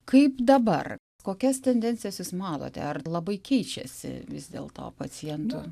kaip dabar kokias tendencijas jūs manote ar labai keičiasi vis dėl to pacientų